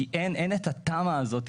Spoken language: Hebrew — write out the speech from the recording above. כי אין את התמ"א הזאת,